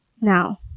Now